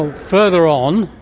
and further on,